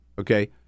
okay